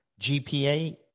GPA